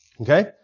Okay